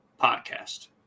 podcast